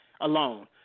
alone